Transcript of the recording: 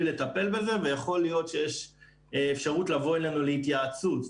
לטפל בזה ויכול להיות שיש אפשרות לבוא אלינו להתייעצות.